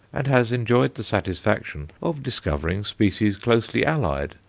and has enjoyed the satisfaction of discovering species closely allied,